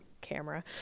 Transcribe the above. camera